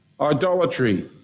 idolatry